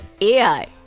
AI